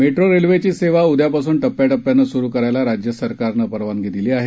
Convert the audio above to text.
metro रेल्वेची सेवा उद्यापासून टप्याटप्यानं स्रु करायला राज्य सरकारनं परवानगी दिली आहे